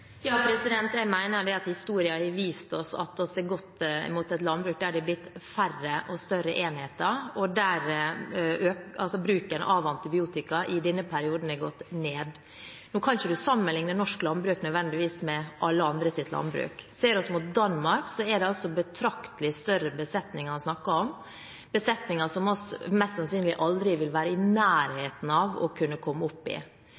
Ja, jeg mener at historien har vist oss at vi har gått mot et landbruk der det er blitt færre og større enheter, og der bruken av antibiotika i denne perioden har gått ned. En kan ikke sammenligne norsk landbruk, nødvendigvis, med alle andre lands landbruk. Ser vi til Danmark, er det betraktelig større besetninger en snakker om, besetninger som vi mest sannsynlig aldri vil være i nærheten av å kunne komme opp i.